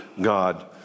God